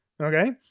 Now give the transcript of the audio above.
Okay